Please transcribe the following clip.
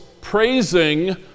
praising